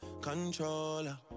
controller